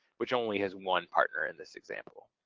which only has one partner in this example.